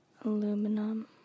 aluminum